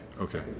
Okay